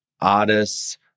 artists